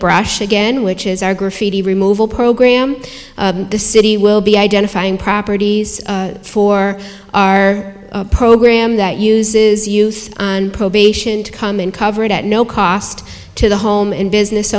brush again which is our graffiti removal program the city will be identifying properties for our program that uses youth on probation to come and cover it at no cost to the home and business